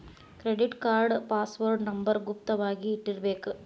credit card password number ಗುಪ್ತ ವಾಗಿ ಇಟ್ಟಿರ್ಬೇಕ